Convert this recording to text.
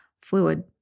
fluid